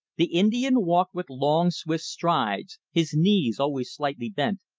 the indian walked with long, swift strides, his knees always slightly bent,